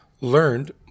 learned